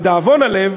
לדאבון הלב,